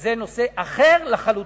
שזה נושא אחר לחלוטין.